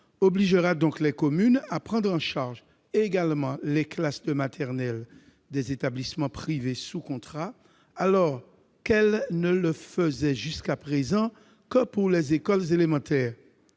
obligera donc les communes à prendre en charge également les classes de maternelle des établissements privés sous contrat, alors qu'elles ne le faisaient jusqu'à présent que pour les écoles élémentaires.